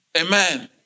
Amen